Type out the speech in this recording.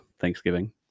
Thanksgiving